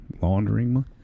laundering